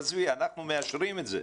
תעזבי, אנחנו מאשרים את זה,